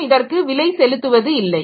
நாம் இதற்கு விலை செலுத்துவது இல்லை